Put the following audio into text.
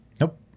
nope